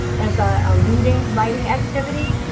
as a reading writing activity,